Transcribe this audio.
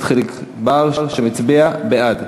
אנחנו מוסיפים את חבר הכנסת חיליק בר שמצביע בעד.